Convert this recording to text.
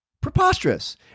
preposterous